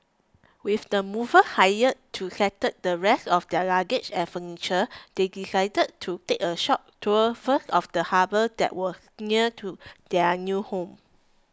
with the movers hired to settle the rest of their luggage and furniture they decided to take a short tour first of the harbour that was near to their new home